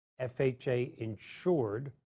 FHA-insured